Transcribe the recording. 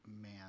man